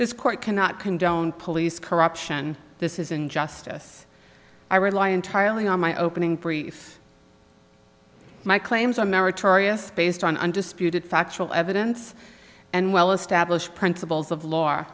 this court cannot condone police corruption this is injustice i rely entirely on my opening brief my claims are meritorious based on undisputed factual evidence and well established principles of law